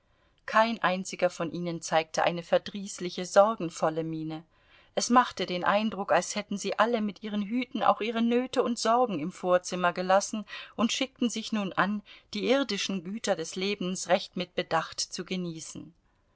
kein einziger von ihnen zeigte eine verdrießliche sorgenvolle miene es machte den eindruck als hätten sie alle mit ihren hüten auch ihre nöte und sorgen im vorzimmer gelassen und schickten sich nun an die irdischen güter des lebens recht mit bedacht zu genießen